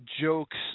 jokes